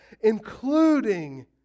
including